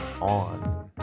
on